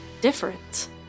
different